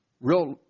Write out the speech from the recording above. Real